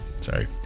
Sorry